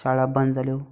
शाळा बंद जाल्यो